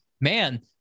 man